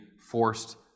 forced